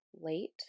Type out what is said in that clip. late